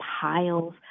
piles